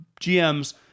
GMs